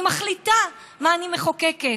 אני מחליטה מה אני מחוקקת,